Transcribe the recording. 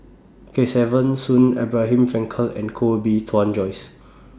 Kesavan Soon Abraham Frankel and Koh Bee Tuan Joyce